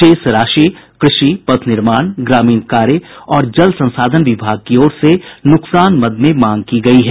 शेष राशि कृषि पथ निर्माण ग्रामीण कार्य और जल संसाधन विभाग की ओर से नुकसान मद में मांग की गयी है